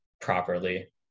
properly